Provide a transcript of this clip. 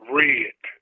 Red